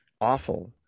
awful